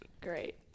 Great